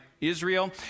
Israel